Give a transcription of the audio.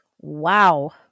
Wow